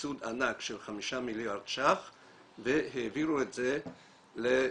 סבסוד ענק של חמישה מיליארד שקלים והעבירו את זה לכולם,